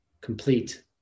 complete